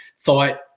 thought